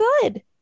good